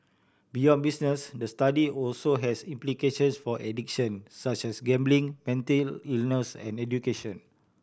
beyond business the study also has implications for addiction such as gambling mental illness and education